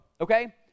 Okay